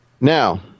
Now